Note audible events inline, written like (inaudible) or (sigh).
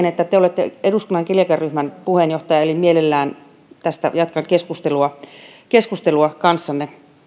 (unintelligible) että te te olette eduskunnan keliakiaryhmän puheenjohtaja eli mielelläni tästä jatkan keskustelua keskustelua kanssanne